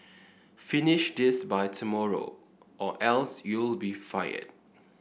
finish this by tomorrow or else you'll be fired